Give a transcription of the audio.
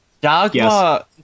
Dogma